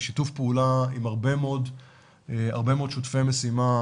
בשיתוף פעולה עם הרבה מאוד שותפי משימה,